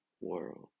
world